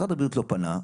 משרד הבריאות לא פנה,